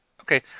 okay